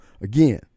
again